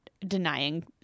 denying